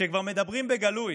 שכבר מדברים בגלוי